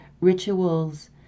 Rituals